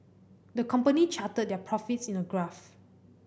the company charted their profits in a graph